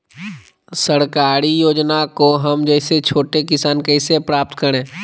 सरकारी योजना को हम जैसे छोटे किसान कैसे प्राप्त करें?